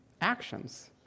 actions